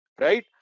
right